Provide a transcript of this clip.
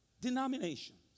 Denominations